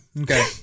Okay